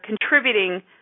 contributing